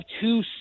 two